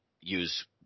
use